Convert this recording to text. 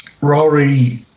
Rory